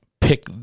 pick